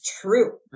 True